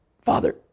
Father